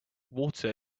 water